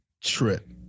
trip